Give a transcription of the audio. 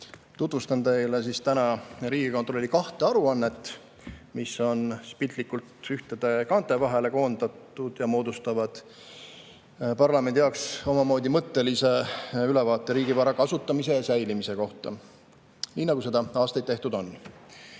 Tutvustan täna teile Riigikontrolli kahte aruannet, mis on piltlikult ühtede kaante vahele koondatud ja moodustavad parlamendi jaoks omamoodi mõttelise ülevaate riigi vara kasutamise ja säilimise kohta, nii nagu seda aastaid tehtud on.